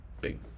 big